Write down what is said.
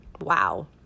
wow